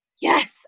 Yes